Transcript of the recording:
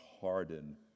harden